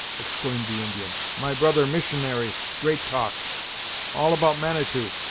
exclaimed the indian my brother missionary great talk all about manitou.